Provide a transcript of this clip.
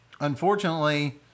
unfortunately